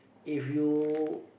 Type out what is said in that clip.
if you